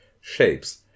shapes